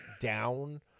down